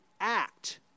act